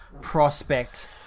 prospect